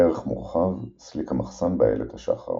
ערך מורחב – סליק המחסן באיילת השחר